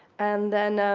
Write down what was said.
and then,